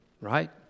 right